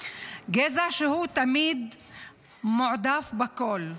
גזע שהוא תמיד מועדף בכול,